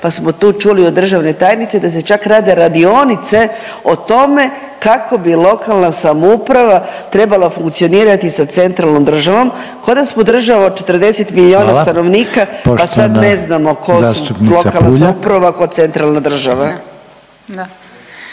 pa smo tu čuli od državne tajnice da se čak rade radionice o tome kako bi lokalna samouprava trebala funkcionirati sa centralnom državom ko da smo država od 40 miljona …/Upadica Reiner: Hvala./… stanovnika pa sad …/Upadica Reiner: Poštovana